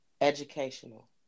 educational